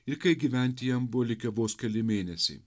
ir kai gyventi jam buvo likę vos keli mėnesiai